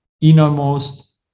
innermost